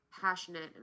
passionate